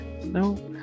No